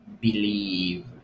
believe